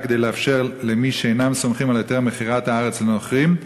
כדי לאפשר למי שאינם סומכים על היתר מכירת הארץ לנוכרים,